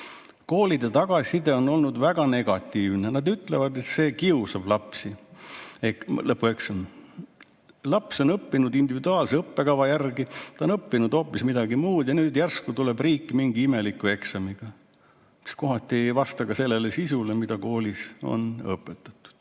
"Koolide tagasiside on olnud väga negatiivne, nad ütlevad, et see kiusab lapsi (Lõpueksam. – P. E.), see laps on õppinud individuaalse õppekava järgi, ta on õppinud hoopis midagi muud ja nüüd järsku tuleb riik mingi imeliku eksamiga, mis kohati ei vasta ka sellele sisule, mis koolis on õpetatud."